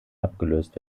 abgelöst